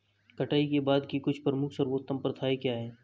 कटाई के बाद की कुछ प्रमुख सर्वोत्तम प्रथाएं क्या हैं?